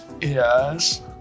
Yes